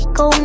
go